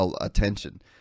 attention